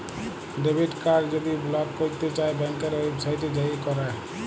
debit card যদি block ক্যইরতে চাই ব্যাংকের ওয়েবসাইটে যাঁয়ে ক্যরে